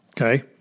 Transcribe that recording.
Okay